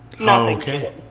Okay